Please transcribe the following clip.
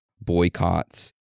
boycotts